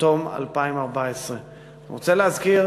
תום 2014. אני רוצה להזכיר